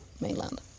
mainland